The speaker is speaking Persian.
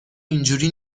اینجوری